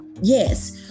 Yes